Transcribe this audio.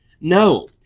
No